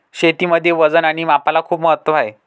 शेतीमध्ये वजन आणि मापाला खूप महत्त्व आहे